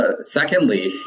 secondly